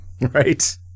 Right